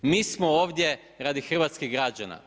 Mi smo ovdje radi hrvatskih građana.